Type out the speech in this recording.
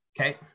Okay